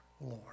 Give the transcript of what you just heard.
Lord